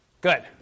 Good